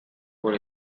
por